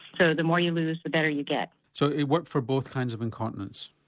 so the more you lose the better you get. so it worked for both kinds of incontinence?